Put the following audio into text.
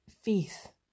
faith